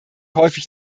häufig